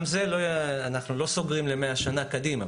גם את זה אנחנו לא סוגרים למאה שנה קדימה,